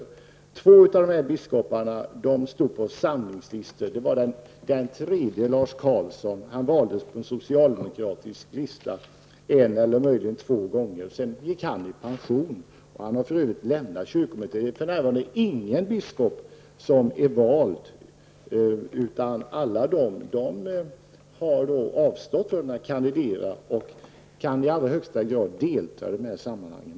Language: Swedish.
I två av fallen stod biskoparna på samlingslistor, och den tredje, Lars Carlzon, valdes på en socialdemokratisk lista en eller möjligen två gånger, och sedan gick han i pension. Han har för övrigt nu lämnat kyrkomötet. Det är för närvarande ingen biskop som är vald, utan alla har avstått från att kandidera och kan i allra högsta grad delta i de här sammanhangen.